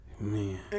Man